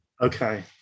Okay